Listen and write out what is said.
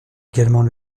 également